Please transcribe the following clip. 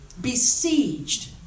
besieged